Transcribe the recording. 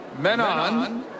Menon